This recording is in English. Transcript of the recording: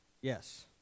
Yes